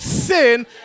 sin